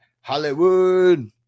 Hollywood